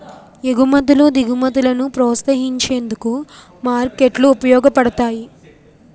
ఎగుమతులు దిగుమతులను ప్రోత్సహించేందుకు మార్కెట్లు ఉపయోగపడతాయి